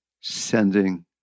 sending